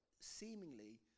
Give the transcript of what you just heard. seemingly